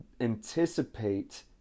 anticipate